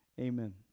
Amen